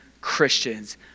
Christians